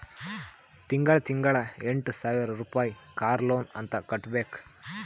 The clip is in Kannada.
ತಿಂಗಳಾ ತಿಂಗಳಾ ಎಂಟ ಸಾವಿರ್ ರುಪಾಯಿ ಕಾರ್ ಲೋನ್ ಅಂತ್ ಕಟ್ಬೇಕ್